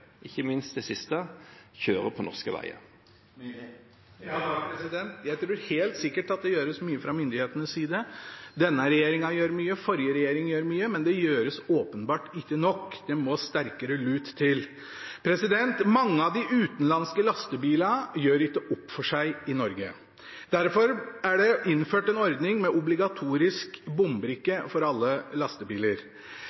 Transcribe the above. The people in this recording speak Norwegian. ikke minst de siste – kjører på norske veier. Jeg tror helt sikkert at det gjøres mye fra myndighetenes side. Denne regjeringen gjør mye, forrige regjering gjorde mye, men det gjøres åpenbart ikke nok. Det må sterkere lut til. Mange av de utenlandske lastebilene gjør ikke opp for seg i Norge. Derfor er det innført en ordning med obligatorisk bombrikke